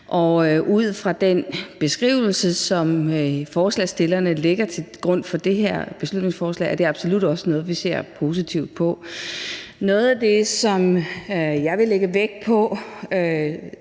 Ud fra den beskrivelse, som forslagsstillerne lægger til grund for det her beslutningsforslag, vil jeg sige, at det absolut også er noget, vi ser positivt på. Noget af det, som jeg vil lægge vægt på